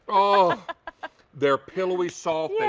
ah they are pillow we soft, yeah